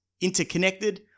interconnected